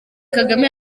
kagame